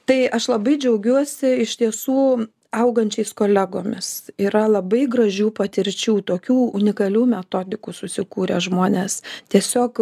tai aš labai džiaugiuosi iš tiesų augančiais kolegomis yra labai gražių patirčių tokių unikalių metodikų susikūrę žmonės tiesiog